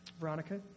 Veronica